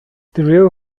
real